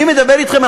אני מדבר אתכם,